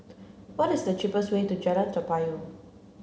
what is the cheapest way to Jalan Toa Payoh